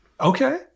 Okay